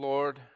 Lord